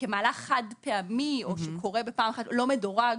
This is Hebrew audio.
חד-פעמי שקורה בפעם אחת ולא מדורג.